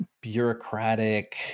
bureaucratic